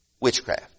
witchcraft